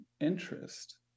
interest